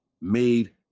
made